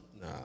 Nah